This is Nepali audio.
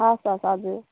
हवस् हवस् हजुर